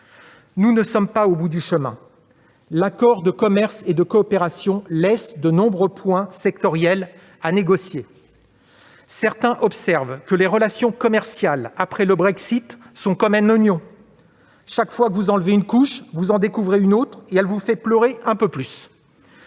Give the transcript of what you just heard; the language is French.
Nous ne sommes pas au bout du chemin. L'accord de commerce et de coopération laisse de nombreux points sectoriels à négocier. Certains observent que les relations commerciales après le Brexit sont comme un oignon : chaque fois que vous enlevez une couche, vous en découvrez une autre, qui vous fait pleurer un peu plus.